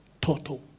total